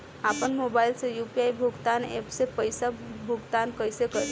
आपन मोबाइल से यू.पी.आई भुगतान ऐपसे पईसा भुगतान कइसे करि?